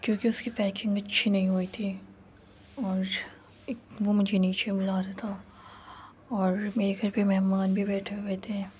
کیونکہ اس کی پیکنگ بھی اچھی نہیں ہوئی تھی اور ایک وہ مجھے نیچے بلا رہا تھا اور میرے گھر پہ مہمان بھی بیٹھے ہوئے تھے